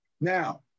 Now